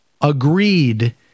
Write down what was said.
agreed